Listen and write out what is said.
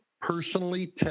personally